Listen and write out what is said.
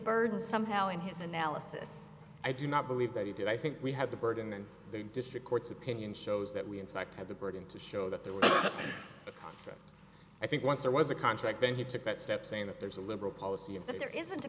burden somehow in his analysis i do not believe that he did i think we have the burden and the district court's opinion shows that we in fact have the burden to show that there was a contract i think once there was a contract then he took that step saying that there's a liberal policy and that there isn't a